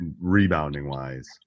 rebounding-wise